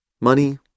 Money